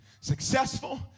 successful